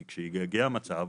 כי כשיגיע המצב,